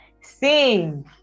sing